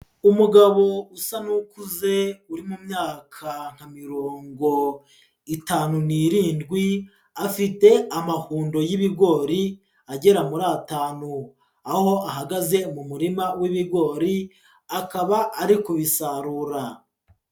Umugabo usa n'ukuze uri mu myaka nka mirongo itanu n'irindwi afite amahundo y'ibigori agera muri atanu, aho ahagaze mu murima w'ibigori, akaba ari kubisarura.